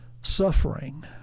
suffering